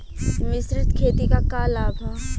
मिश्रित खेती क का लाभ ह?